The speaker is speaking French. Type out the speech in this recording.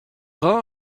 vingts